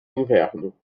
inverno